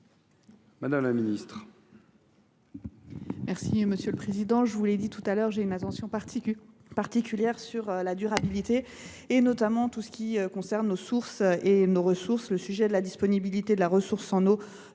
madame la ministre,